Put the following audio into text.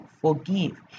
Forgive